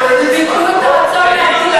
ובייחוד את הרצון.